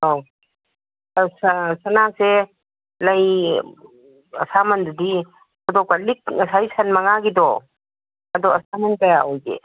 ꯑꯧ ꯑꯥ ꯁꯅꯥꯁꯦ ꯂꯩ ꯑꯁꯥꯃꯟꯗꯨꯗꯤ ꯑꯗꯣ ꯀ꯭ꯋꯥꯂꯤꯇꯤ ꯉꯁꯥꯏ ꯁꯟ ꯃꯉꯥꯒꯤꯗꯣ ꯑꯗꯣ ꯑꯁꯥꯃꯟ ꯀꯌꯥ ꯑꯣꯏꯒꯦ